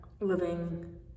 living